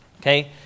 Okay